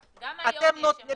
גם היום.